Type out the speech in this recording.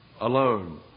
alone